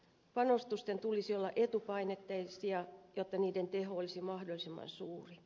panostusten tulisi olla etupainotteisia jotta niiden teho olisi mahdollisimman suuri